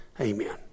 Amen